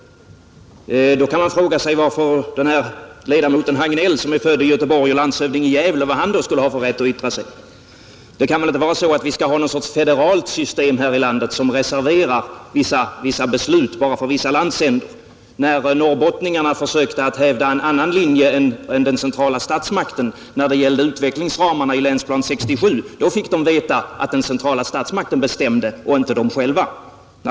Då kan man fråga sig varför ledamoten Hagnell som är född i Göteborg och landshövding i Gävle skulle ha rätt att yttra sig. Det kan väl inte vara så att vi skall ha något slags federalt system här i landet som reserverar vissa beslut för vissa landsändar. När norrbottningarna försökte skydda sig mot avfolkningens konsekvenser och hävdade en annan linje än den centrala statsmakten då det gällde utvecklingsramarna i Länsplan 67 fick de veta, att den centrala statsmakten bestämde och inte de själva.